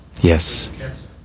Yes